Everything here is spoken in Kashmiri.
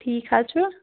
ٹھیٖک حظ چھُ